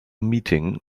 meeting